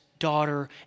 daughter